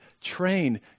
train